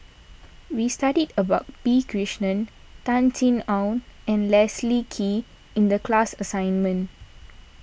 we studied about P Krishnan Tan Sin Aun and Leslie Kee in the class assignment